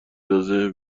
ندازه